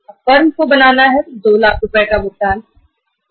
firm को 2 लाख रुपए का भुगतान करना है